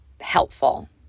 helpful